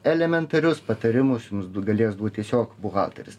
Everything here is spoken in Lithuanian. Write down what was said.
elementarius patarimus jums galės duot tiesiog buhalteris